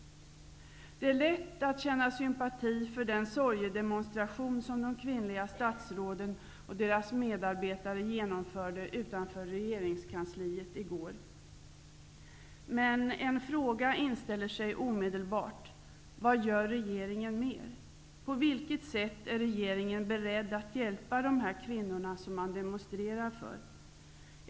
Det är lätt att känna sympati för den sorgede monstration som de kvinnliga statsråden och de ras medarbetare genomförde utanför regerings kansliet i går. Men en fråga inställer sig omedel bart: Vad gör regeringen mer? På vilket sätt är re geringen beredd att hjälpa de kvinnor som man demonstrerar för?